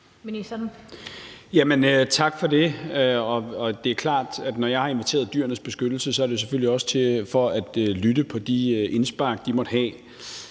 klart, at når jeg har inviteret Dyrenes Beskyttelse, er det selvfølgelig også for at lytte til de indspark, de måtte have.